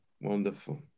Wonderful